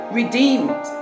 redeemed